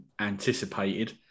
anticipated